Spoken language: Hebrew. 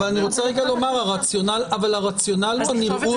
אבל אני רוצה לומר שהרציונלי הוא נראות.